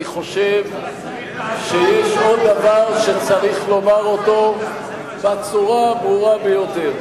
אני חושב שיש עוד דבר שצריך לומר בצורה הברורה ביותר.